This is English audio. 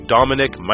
Dominic